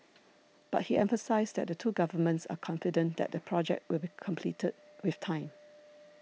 but he emphasised that the two governments are confident that the project will be completed with time